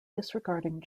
disregarding